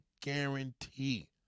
guarantee